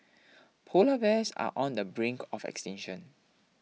Polar Bears are on the brink of extinction